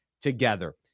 together